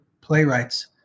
playwrights